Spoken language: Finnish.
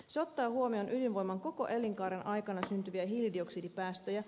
se ottaa huomioon ydinvoiman koko elinkaaren aikana syntyviä hiilidioksidipäästöjä